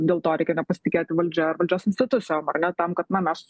dėl to reikia nepasitikėti valdžia ar valdžios institucijom ar ne tam kad na mes